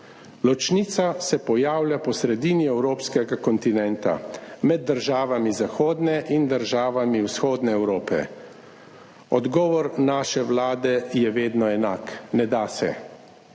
Ločnica se pojavlja po sredini evropskega kontinenta, med državami zahodne in državami vzhodne Evrope. Odgovor naše Vlade je vedno enak: »Ne da se.«